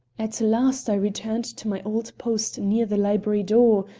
at last i returned to my old post near the library door,